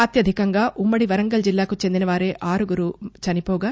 అత్యధికంగా ఉమ్మడి వరంగల్ జిల్లాకు చెందినవారే ఆరుగురు చనిపోగా